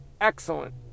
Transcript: excellent